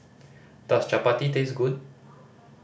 does chappati taste good